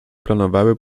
planowały